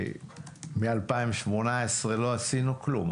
מ-2018 לא עשינו כלום.